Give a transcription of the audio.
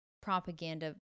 propaganda